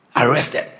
Arrested